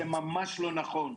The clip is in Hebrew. זה ממש לא נכון.